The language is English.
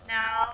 now